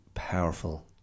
powerful